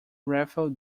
rafael